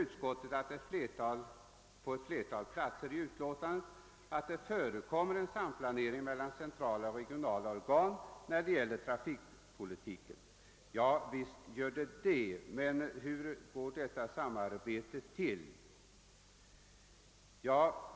Utskottet förutsätter på ett flertal ställen i utlåtandet att det förekommer en samplanering mellan centrala och regionala organ när det gäller trafikpolitiken. Ja, visst förekommer ett sådant samarbete, men hur går det till?